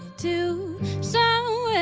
to so